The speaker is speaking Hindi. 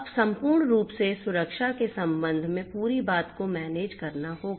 अब सम्पूर्ण रूप से सुरक्षा के संबंध में पूरी बात को मैनेज करना होगा